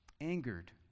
angered